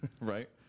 Right